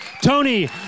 Tony